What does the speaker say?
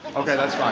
okay, that's fine.